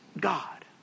God